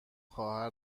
خواهر